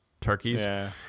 turkeys